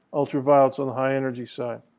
ultraviolet's on the high energy side.